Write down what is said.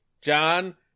john